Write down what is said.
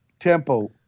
Tempo